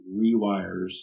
rewires